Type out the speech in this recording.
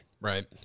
Right